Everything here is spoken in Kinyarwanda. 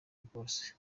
bwose